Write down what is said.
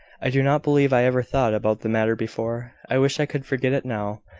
i do not believe i ever thought about the matter before i wish i could forget it now.